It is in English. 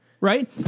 right